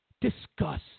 discuss